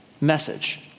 message